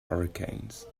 hurricanes